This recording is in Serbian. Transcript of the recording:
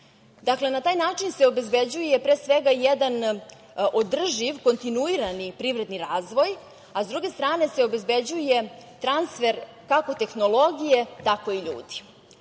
na taj način se obezbeđuje pre svega jedan održiv, kontinuiran privredni razvoj, a sa druge strane se obezbeđuje transfer kako tehnologije, tako i ljudi.